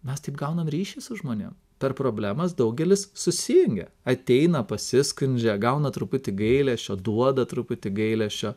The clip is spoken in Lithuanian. mes taip gaunam ryšį su žmonėm per problemas daugelis susijungia ateina pasiskundžia gauna truputį gailesčio duoda truputį gailesčio